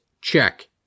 check